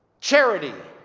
charity,